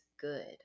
good